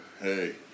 hey